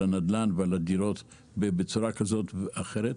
הנדל"ן ועל הדירות בצורה כזו או אחרת.